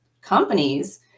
companies